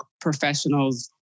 professionals